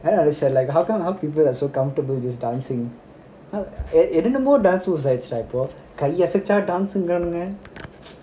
I don't understand like how come how people are so comfortable just dancing என்னென்னமோ:ennanamo dance will started கை அசைச்சா:kai asaicha dance ங்குறாங்க:nguraanga